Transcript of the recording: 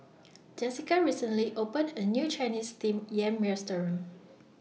Jessika recently opened A New Chinese Steamed Yam Restaurant